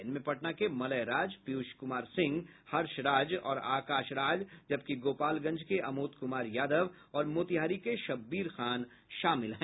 इनमें पटना के मलय राज पीयूष कुमार सिंह हर्ष राज और आकाश राज जबकि गोपालगंज के अमोद कुमार यादव और मोतिहारी के शब्बीर खान शामिल हैं